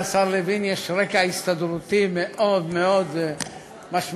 לשר לוין יש רקע הסתדרותי מאוד מאוד משמעותי,